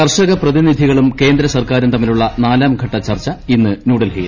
കർഷക പ്രതിനിധികളും കേന്ദ്ര സർക്കാരും തമ്മിലുള്ള ന് നാലാം ഘട്ട ചർച്ച് ഇന്ന് ന്യൂഡൽഹിയിൽ